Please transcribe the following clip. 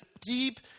deep